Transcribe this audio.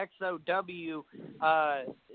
xow